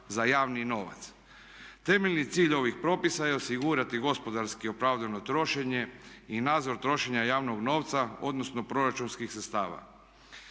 za javni novac. Temeljni cilj ovih propisa je osigurati gospodarski opravdano trošenje i nadzor trošenja javnog novca, odnosno proračunskih sredstava.